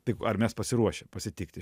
tai ar mes pasiruošę pasitikti